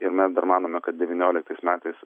ir mes dar manome kad devynioliktais metais